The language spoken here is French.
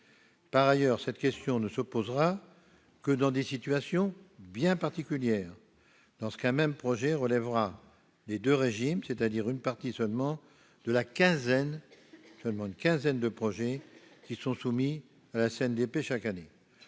Par ailleurs, cette question ne se posera que dans des situations bien particulières : lorsqu'un même projet relève des deux régimes. Seule une partie de la quinzaine de projets qui sont soumis à la CNDP chaque année